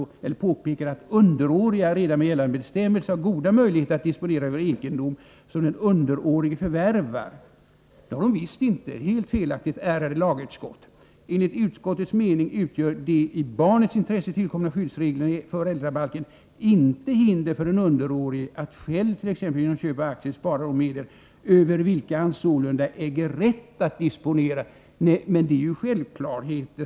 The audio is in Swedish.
Utskottet påpekar att ”underåriga redan med gällande bestämmelser har goda möjligheter att disponera över egendom som den underårige förvärvar”. Det har de visst inte! Det är helt felaktigt, ärade lagutskott! Utskottet skriver vidare: ”Enligt utskottets mening utgör de i barnets intresse tillkomna skyddsreglerna i FB inte hinder för en underårig att själv t.ex. genom köp av aktier spara de medel över vilka han sålunda äger rätt att disponera.” Detta är ju självklarheter.